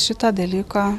šitą dalyką